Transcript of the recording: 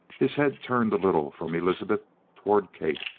his head turned a little from elizabeth toward kate.